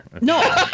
No